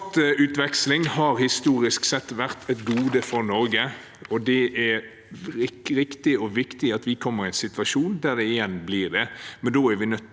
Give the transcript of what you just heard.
Kraftutveksling har historisk sett vært et gode for Norge. Det er riktig og viktig at vi kommer i en situasjon der det igjen blir det,